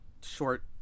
short